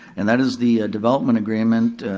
and that is the development agreement,